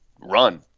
run